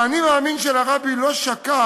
ה"אני מאמין" של הרבי לא שקע